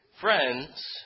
friends